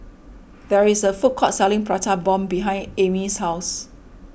there is a food court selling Prata Bomb behind Amie's house